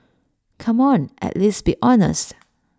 come on at least be honest